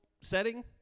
setting –